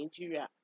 Nigeria